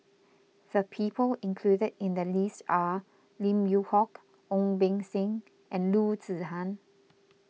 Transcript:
the people included in the list are Lim Yew Hock Ong Beng Seng and Loo Zihan